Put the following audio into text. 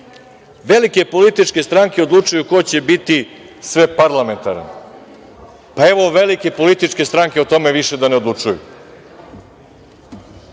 velike političke stranke odlučuju ko će biti sveparlamentaran. Pa, evo velike političke stranke o tome više da ne odlučuju.